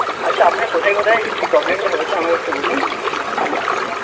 আচ্ছা আপনার কোথায় কোথায় কী প্রবলেমটা হয়েছে আমাকে একটু বলুন আমি